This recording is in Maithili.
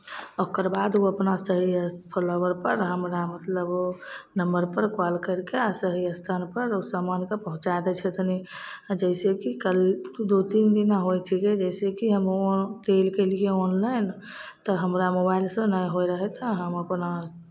ओकरबाद ओ अपना सही स् फॉलोवररपर हमरा मतलब ओ नम्बरपर कॉल करि कऽ सही स्थानपर ओ समानकेँ पहुँचा दै छथिन आ जैसेकि कल दू तीन दिना होइ छिकै जैसेकि हम वहाँ तेल कैलियै ऑनलाइन तऽ हमरा मोबाइलसँ नहि होइत रहय तऽ हम अपना